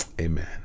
Amen